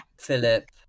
Philip